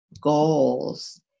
goals